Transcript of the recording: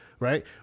Right